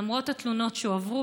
למרות התלונות שהועברו,